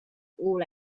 all